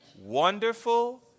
wonderful